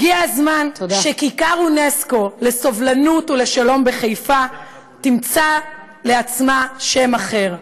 הגיע הזמן שכיכר אונסק"ו לסובלנות ולשלום בחיפה תמצא לעצמה שם אחר.